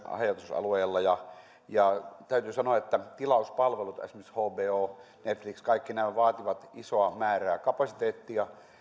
asutusalueilla täytyy sanoa että tilauspalvelut esimerkiksi hbo netflix kaikki nämä vaativat isoa määrää kapasiteettia ne